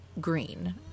green